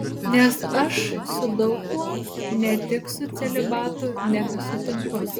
nes aš su daug kuom ne tik su celibatu nebesutinku